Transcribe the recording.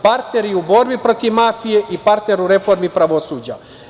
Partner i u borbi protiv mafije i partner u reformi pravosuđa.